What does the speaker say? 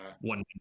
one